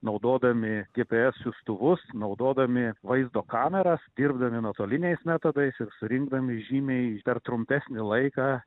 naudodami gps siųstuvus naudodami vaizdo kameras dirbdami nuotoliniais metodais ir surinkdami žymiai per trumpesnį laiką